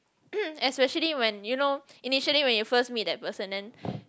especially when you know initially when you first meet that person then